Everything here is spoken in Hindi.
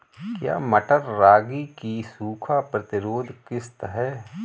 क्या मटर रागी की सूखा प्रतिरोध किश्त है?